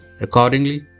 Accordingly